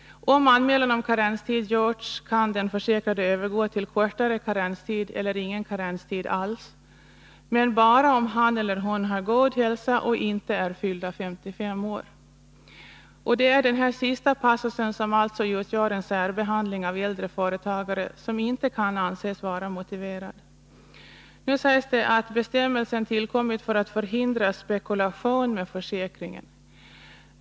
Om anmälan om karenstid gjorts kan den försäkrade övergå till kortare karenstid eller ingen karenstid alls, men bara om han eller hon har god hälsa och inte är fyllda 55 år. Och det är denna sista passus som alltså utgör en särbehandling av äldre företagare som inte kan anses vara motiverad. Nu sägs att bestämmelsen tillkommit för att förhindra spekulation med försäkringen.